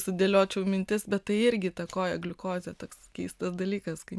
sudėliočiau mintis bet tai irgi įtakoja gliukozę toks keistas dalykas kai